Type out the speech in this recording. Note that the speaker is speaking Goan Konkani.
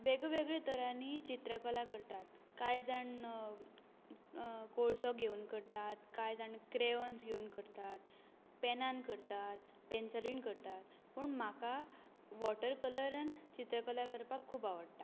वेगवेगळ्या तरांनी चित्रकला करतात कांय जाण कोळसो घेवन करतात कांय जाम क्रॅयोन्स घेवन करतात पेनान करतात पॅन्सीलेन करतात पूण म्हाका वोटर कलरान चित्रकला करपाक खूब आवडटा